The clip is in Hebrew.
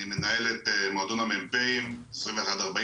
אני מנהל את מועדון המ"פים 2141,